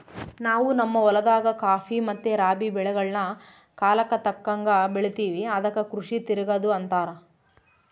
ನಾವು ನಮ್ಮ ಹೊಲದಾಗ ಖಾಫಿ ಮತ್ತೆ ರಾಬಿ ಬೆಳೆಗಳ್ನ ಕಾಲಕ್ಕತಕ್ಕಂಗ ಬೆಳಿತಿವಿ ಅದಕ್ಕ ಕೃಷಿ ತಿರಗದು ಅಂತಾರ